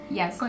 yes